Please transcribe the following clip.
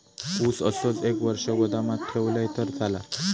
ऊस असोच एक वर्ष गोदामात ठेवलंय तर चालात?